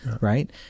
right